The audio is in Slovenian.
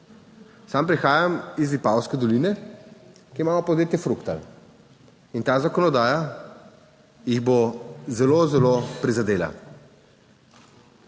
Sam prihajam iz Vipavske doline, kjer imamo podjetje Fructal in ta zakonodaja jih bo zelo, zelo prizadela.